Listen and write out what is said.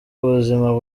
ubuzima